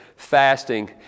Fasting